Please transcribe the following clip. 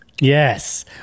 Yes